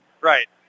Right